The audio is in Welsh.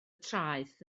traeth